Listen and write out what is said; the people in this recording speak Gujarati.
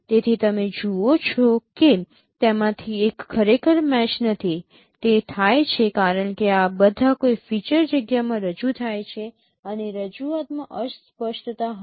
તેથી તમે જુઓ છો કે તેમાંથી એક ખરેખર મેચ નથી તે થાય છે કારણ કે આ બધા કોઈ ફીચર જગ્યામાં રજૂ થાય છે અને રજૂઆતમાં અસ્પષ્ટતા હશે